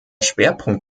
schwerpunkt